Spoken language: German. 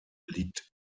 liegt